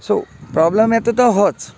so problem येता तो होच